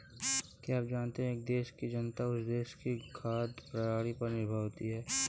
क्या आप जानते है एक देश की जनता उस देश की खाद्य प्रणाली पर निर्भर करती है?